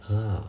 !huh!